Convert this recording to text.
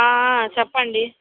చెప్పండి